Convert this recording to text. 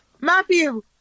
Matthew